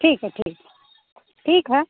ठीक है ठीक ठीक है